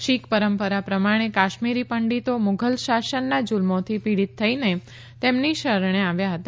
શીખ પરંપરા પ્રમાણે કાશ્મીરી પંડીતો મુઘલ શાસનના જુલ્મોથી પિડીત થઇને તેમની શરણે આવ્યા હતા